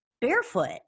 barefoot